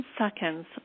seconds